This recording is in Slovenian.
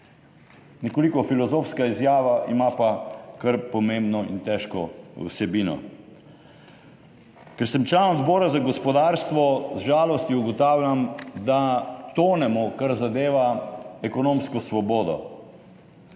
Nekoliko filozofska izjava, ima pa kar pomembno in težko vsebino. Ker sem član Odbora za gospodarstvo, z žalostjo ugotavljam, da tonemo, kar zadeva ekonomsko svobodo.